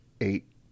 eight